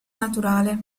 naturale